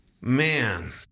man